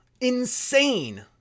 Insane